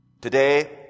Today